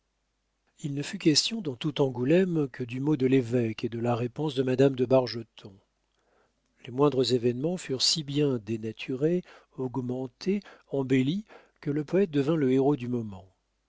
il ne fut question dans tout angoulême que du mot de l'évêque et de la réponse de madame de bargeton les moindres événements furent si bien dénaturés augmentés embellis que le poète devint le héros du moment